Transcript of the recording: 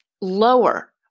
lower